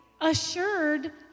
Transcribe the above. Assured